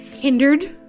hindered